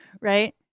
right